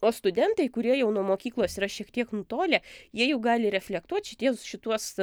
o studentai kurie jau nuo mokyklos yra šiek tiek nutolę jie jau gali reflektuot šitie šituos